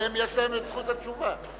יש להם זכות התשובה.